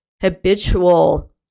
habitual